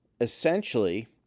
essentially